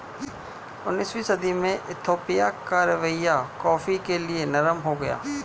उन्नीसवीं सदी में इथोपिया का रवैया कॉफ़ी के लिए नरम हो गया